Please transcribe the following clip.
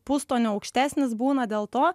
pustoniu aukštesnis būna dėl to